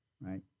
right